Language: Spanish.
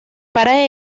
para